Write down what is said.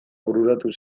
bururatu